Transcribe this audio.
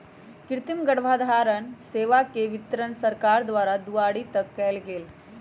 कृतिम गर्भधारण सेवा के वितरण सरकार द्वारा दुआरी तक कएल गेल